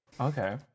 Okay